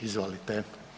Izvolite.